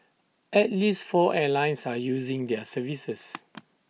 at least four airlines are using their services